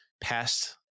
past